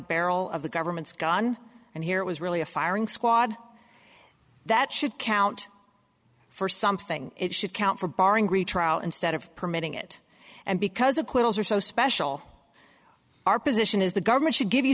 barrel of the government's gun and here was really a firing squad that should count for something it should count for barring retrial instead of permitting it and because acquittals are so special our position is the government should give you